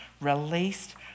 released